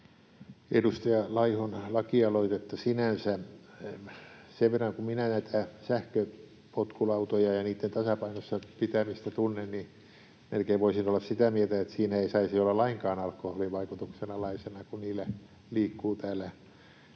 edustaja Laihon lakialoitetta sinänsä. Sen verran kun minä näitä sähköpotkulautoja ja niitten tasapainossa pitämistä tunnen, melkein voisin olla sitä mieltä, että siinä ei saisi olla lainkaan alkoholin vaikutuksen alaisena, kun niillä liikkuu